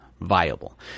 viable